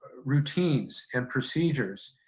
routines and procedures,